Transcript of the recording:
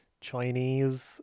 Chinese